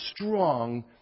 strong